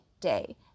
day